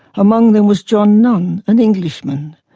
among them was john nunn, an englishman.